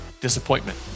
disappointment